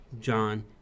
John